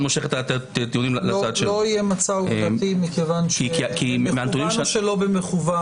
לא יהיה מצע עובדתי כי במכוון או שלא במכוון